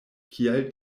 kial